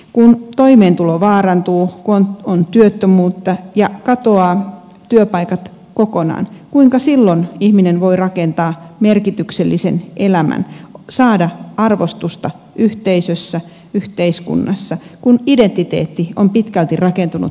kun toimeentulo vaarantuu kun on työttömyyttä ja työpaikat katoavat kokonaan kuinka silloin ihminen voi rakentaa merkityksellisen elämän saada arvostusta yhteisössä yhteiskunnassa kun identiteetti on pitkälti rakentunut työn kautta